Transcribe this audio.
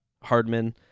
Hardman